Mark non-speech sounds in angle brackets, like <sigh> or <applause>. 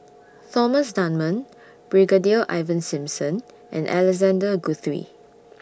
Thomas Dunman Brigadier Ivan Simson and Alexander Guthrie <noise>